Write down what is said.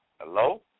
Hello